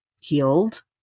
healed